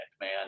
man